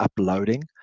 uploading